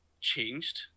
changed